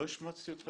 לא השמצתי אותך.